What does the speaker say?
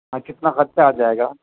ہاں کتنا خرچہ آ جائے گا